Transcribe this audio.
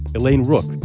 elaine rooke,